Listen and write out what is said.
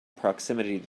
proximity